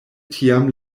tiam